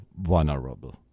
vulnerable